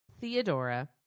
Theodora